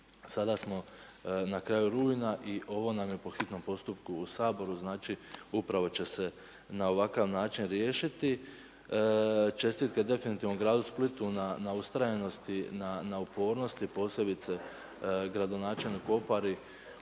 sada smo na kraju rujna i ovo nam je po hitnom postupku u Saboru, znači upravo će se na ovakav način riješiti. Čestitke definitivno gradu Splitu na ustrajanosti, na upornosti, posebice gradonačelniku Opari